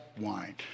wine